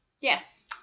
Yes